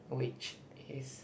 which is